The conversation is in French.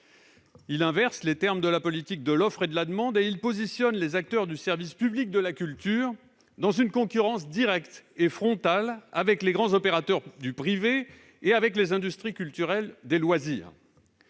il inverse les termes de la politique de l'offre et de la demande et positionne les acteurs du service public de la culture dans une concurrence directe et frontale avec les grands opérateurs du privé et avec les industries culturelles du loisir.